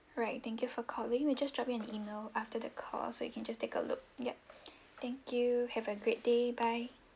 right thank you for calling we just drop you an email after the call so you can just take a look yup thank you have a great day bye